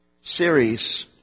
series